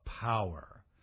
power